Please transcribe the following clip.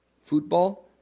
Football